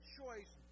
choice